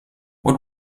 what